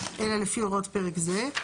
אלא לפי הוראות פרק זה.